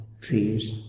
trees